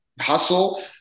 hustle